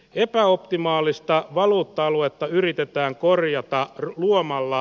epäoptimaalista valuutta aluetta yritetään korjata luomalla